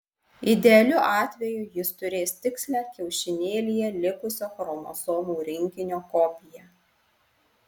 idealiu atveju jis turės tikslią kiaušinėlyje likusio chromosomų rinkinio kopiją